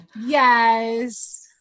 Yes